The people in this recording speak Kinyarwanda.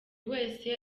wese